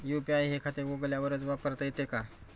UPI हे खाते उघडल्यावरच वापरता येते का?